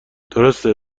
درسته